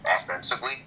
offensively